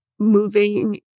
moving